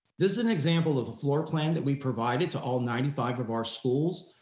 this is an example of a floor plan that we provided to all ninety five of our schools.